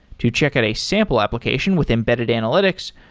to check out a sample application with embedded analytics,